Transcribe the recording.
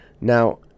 Now